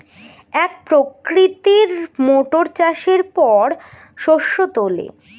এক প্রকৃতির মোটর চাষের পর শস্য তোলে